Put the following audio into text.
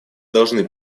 должны